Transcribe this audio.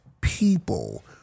people